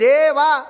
Deva